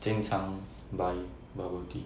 经常 buy bubble tea